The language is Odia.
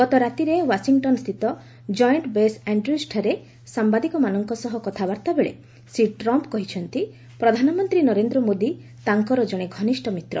ଗତ ରାତିରେ ଓ୍ୱାଶିଂଟନ୍ସ୍ଥିତ କଏଣ୍ଟ୍ ବେସ୍ ଆଶ୍ର୍ୟଜ୍ଠାରେ ସାମ୍ଭାଦିକମାନଙ୍କ ସହ କଥାବାର୍ତ୍ତା ବେଳେ ଶ୍ରୀ ଟ୍ରମ୍ପ କହିଛନ୍ତି ପ୍ରଧାନମନ୍ତ୍ରୀ ନରେନ୍ଦ୍ର ମୋଦି ତାଙ୍କର ଜଣେ ଘନିଷ୍ଠ ମିତ୍ର